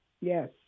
Yes